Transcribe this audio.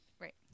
Right